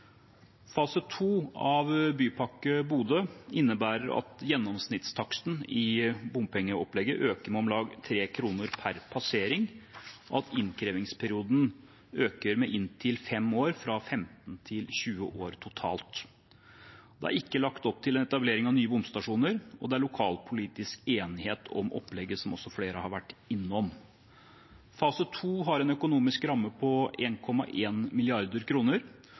Fase 2 av Bypakke Bodø innebærer at gjennomsnittstaksten i bompengeopplegget øker med om lag 3 kr per passering, og at innkrevingsperioden øker med inntil fem år, fra 15 til 20 år totalt. Det er ikke lagt opp til en etablering av nye bomstasjoner, og det er lokalpolitisk enighet om opplegget, som også flere har vært innom. Fase 2 har en økonomisk ramme på